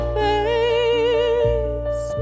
face